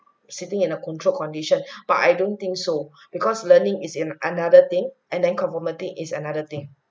sitting in a control condition but I don't think so because learning is in another thing and then conformity is another thing